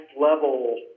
level